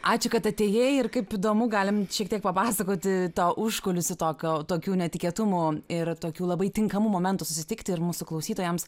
ačiū kad atėjai ir kaip įdomu galim šiek tiek papasakoti tą užkulisių tokio tokių netikėtumų ir tokių labai tinkamų momentų susitikti ir mūsų klausytojams